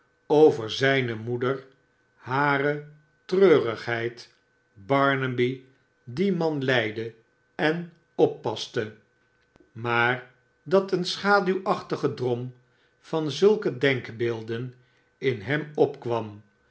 over zijne moeder hare treu righeid barnaby dien man leidde en oppaste maar dat een schaduwachtige drom van zulke denkbeelden in hem opkwam